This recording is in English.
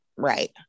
Right